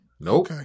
Nope